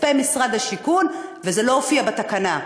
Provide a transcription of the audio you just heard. מכספי משרד הבינוי והשיכון, וזה לא הופיע בתקנה.